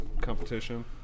competition